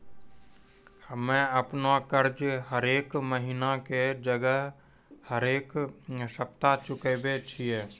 हम्मे अपनो कर्जा हरेक महिना के जगह हरेक सप्ताह चुकाबै छियै